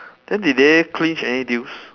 then did they clinch any deals